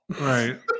Right